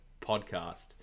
podcast